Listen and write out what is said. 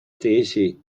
tesi